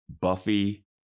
Buffy